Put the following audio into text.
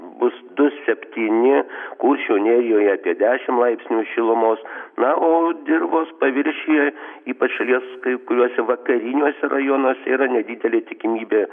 bus du septyni kuršių nerijoje apie dešimt laipsnių šilumos na o dirvos paviršiuje ypač šalies kai kuriuose vakariniuose rajonuose yra nedidelė tikimybė